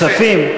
כספים?